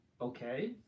Okay